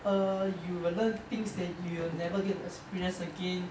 err you will learn things that you will never get to experience again